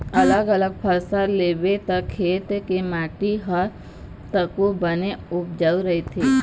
अलग अलग फसल लेबे त खेत के माटी ह तको बने उपजऊ रहिथे